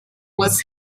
was